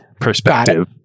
perspective